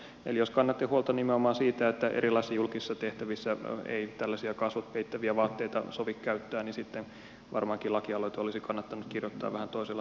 eli jos kannatte huolta nimenomaan siitä että erilaisissa julkisissa tehtävissä ei tällaisia kasvot peittäviä vaatteita sovi käyttää niin sitten varmaankin lakialoite olisi kannattanut kirjoittaa vähän toisella tavalla